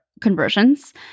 conversions